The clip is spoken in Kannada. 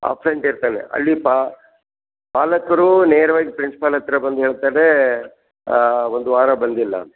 ಅಬ್ಸೆಂಟ್ ಇರ್ತಾನೆ ಅಲ್ಲಿಪ್ಪ ಪಾಲಕರು ನೇರವಾಗಿ ಪ್ರಿನ್ಸಿಪಾಲ್ ಹತ್ತಿರ ಬಂದೇಳ್ತಾರೆ ಒಂದು ವಾರ ಬಂದಿಲ್ಲ ಅಂತ